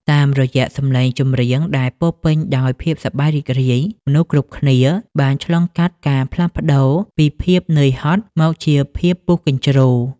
តាមរយៈសម្លេងចម្រៀងដែលពោរពេញដោយភាពសប្បាយរីករាយ មនុស្សគ្រប់គ្នាបានឆ្លងកាត់ការផ្លាស់ប្តូរពីភាពនឿយហត់មកជាភាពពុះកញ្ជ្រោល។